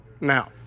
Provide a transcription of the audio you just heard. Now